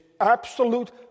absolute